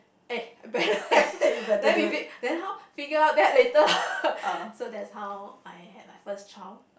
eh better have then we then how figure out that later so that's how I had my first child